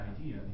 idea